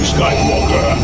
Skywalker